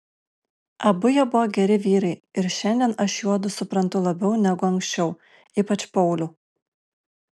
abu jie buvo geri vyrai ir šiandien aš juodu suprantu labiau negu anksčiau ypač paulių